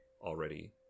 already